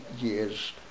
years